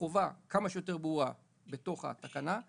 חובה כמה שיותר ברורה לתוך התקנה,